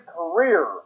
career